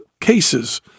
cases